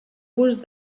gust